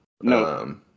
No